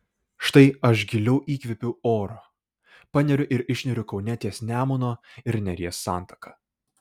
štai aš giliau įkvepiu oro paneriu ir išneriu kaune ties nemuno ir neries santaka